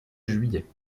juillet